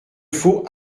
faut